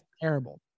terrible